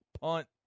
punt